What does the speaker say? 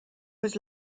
was